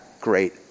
great